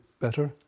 better